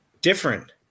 different